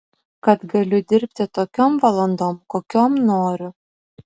kad galiu dirbti tokiom valandom kokiom noriu